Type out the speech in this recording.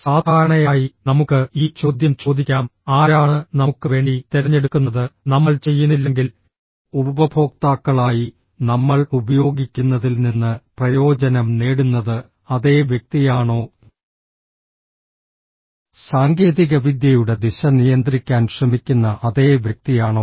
സാധാരണയായി നമുക്ക് ഈ ചോദ്യം ചോദിക്കാം ആരാണ് നമുക്ക് വേണ്ടി തിരഞ്ഞെടുക്കുന്നത് നമ്മൾ ചെയ്യുന്നില്ലെങ്കിൽ ഉപഭോക്താക്കളായി നമ്മൾ ഉപയോഗിക്കുന്നതിൽ നിന്ന് പ്രയോജനം നേടുന്നത് അതേ വ്യക്തിയാണോ സാങ്കേതികവിദ്യയുടെ ദിശ നിയന്ത്രിക്കാൻ ശ്രമിക്കുന്ന അതേ വ്യക്തിയാണോ